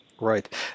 Right